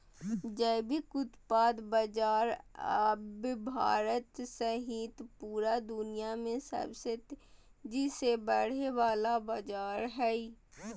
जैविक उत्पाद बाजार अब भारत सहित पूरा दुनिया में सबसे तेजी से बढ़े वला बाजार हइ